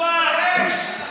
זה חוק פח.